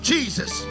Jesus